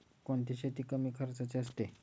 कोणती शेती कमी खर्चाची असते?